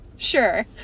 Sure